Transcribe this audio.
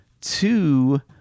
two